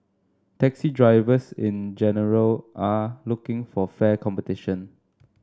taxi drivers in general are looking for fair competition